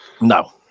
No